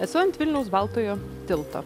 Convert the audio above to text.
esu ant vilniaus baltojo tilto